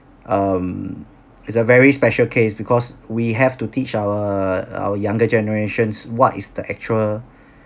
um is a very special case because we have to teach our our younger generations what is the actual